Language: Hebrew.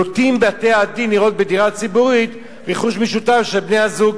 נוטים בתי-הדין לראות בדירה ציבורית רכוש משותף של בני-הזוג,